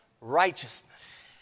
righteousness